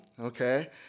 okay